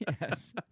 Yes